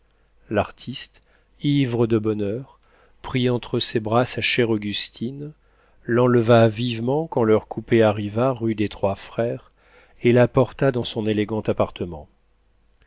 l'artiste ivre de bonheur prit entre ses bras sa chère augustine l'enleva vivement quand leur coupé arriva rue des trois frères et la porta dans son élégant appartement